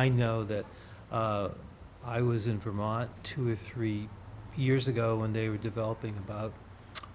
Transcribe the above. i know that i was in vermont two or three years ago when they were developing about